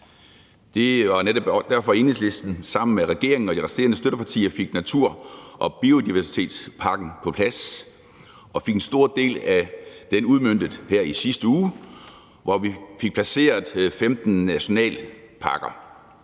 Derfor fik Enhedslisten sammen med regeringen og de resterende støttepartier natur- og biodiversitetspakken på plads og fik en stor del af den udmøntet her i sidste uge, hvor vi fik placeret 15 naturnationalparker.